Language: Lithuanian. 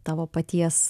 tavo paties